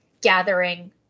gathering